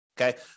Okay